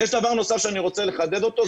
ויש דבר נוסף שאני רוצה לחדד אותו,